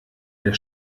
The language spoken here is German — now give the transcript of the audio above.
der